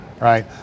right